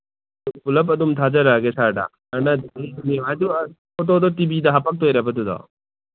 ꯑꯗꯨ ꯄꯨꯂꯞ ꯑꯗꯨꯝ ꯊꯥꯖꯔꯛꯑꯒꯦ ꯁꯥꯔꯗ ꯑꯗꯨ ꯐꯣꯇꯣꯗꯨ ꯇꯤ ꯚꯤꯗ ꯍꯥꯞꯄꯛꯇꯣꯏꯔꯥꯕ ꯑꯗꯨꯗꯣ